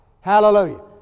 Hallelujah